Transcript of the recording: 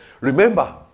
Remember